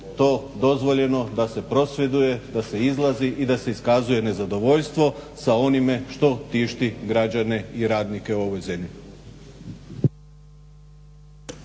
to dozvoljeno da se prosvjeduje, da se izlazi i da se iskazuje nezadovoljstvo sa onime što tišti građane i radnike u ovoj zemlji.